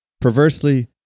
perversely